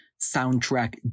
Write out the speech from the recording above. soundtrack